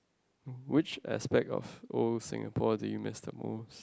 which aspect of old Singapore that you miss the most